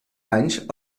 anys